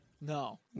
No